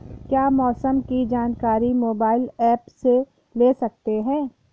क्या मौसम की जानकारी मोबाइल ऐप से ले सकते हैं?